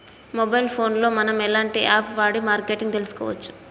Mobile phone లో మనం ఎలాంటి యాప్ వాడి మార్కెటింగ్ తెలుసుకోవచ్చు?